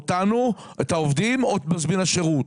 אותנו, את העובדים או את מזמין השירות?